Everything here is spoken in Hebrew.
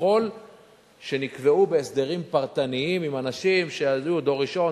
ככל שנקבעו בהסדרים פרטניים עם אנשים שהיו דור ראשון,